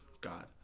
God